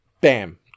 Bam